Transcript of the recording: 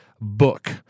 book